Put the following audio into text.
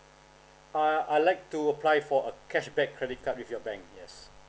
uh I like to apply for a cashback credit card with your bank yes